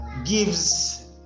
gives